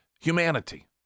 Humanity